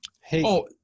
Hey